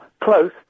close